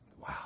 Wow